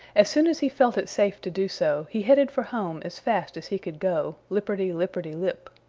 as soon as he felt it safe to do so, he headed for home as fast as he could go, lipperty-lipperty-lip.